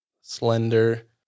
slender